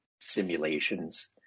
simulations